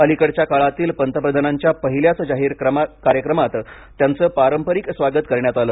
अलीकडच्या काळातील पंतप्रधानांच्या पहिल्याच जाहीर कार्यक्रमात त्यांचं पारंपारिक स्वागत करण्यात आलं